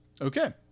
Okay